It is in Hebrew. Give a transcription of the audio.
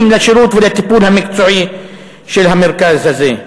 לשירות ולטיפול המקצועי של המרכז הזה?